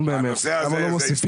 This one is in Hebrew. לא משהו